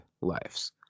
lives